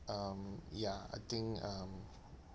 um ya I think um